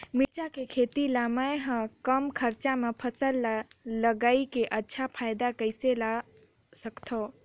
मिरचा के खेती ला मै ह कम खरचा मा फसल ला लगई के अच्छा फायदा कइसे ला सकथव?